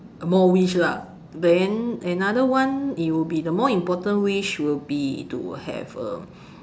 more wish lah then another one it will be the more important wish will be to have um